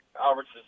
Alberts